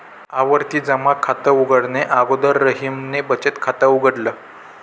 आवर्ती जमा खात उघडणे अगोदर रहीमने बचत खात उघडल